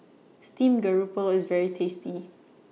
Steamed Grouper IS very tasty